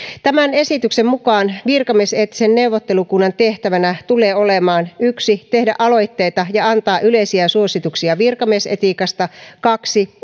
tämän esityksen mukaan virkamieseettisen neuvottelukunnan tehtävänä tulee olemaan yksi tehdä aloitteita ja antaa yleisiä suosituksia virkamiesetiikasta kaksi